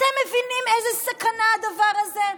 אתם מבינים איזה סכנה הדבר הזה?